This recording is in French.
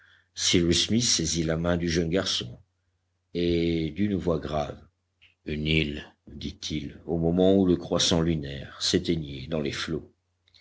cyrus smith saisit la main du jeune garçon et d'une voix grave une île dit-il au moment où le croissant lunaire s'éteignait dans les flots